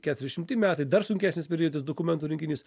keturiasdešimti metai dar sunkesnis periodas dokumentų rinkinys